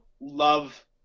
love